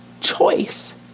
choice